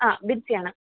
ആ ബിൻസി ആണ്